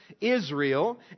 Israel